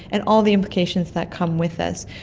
and all the implications that come with this.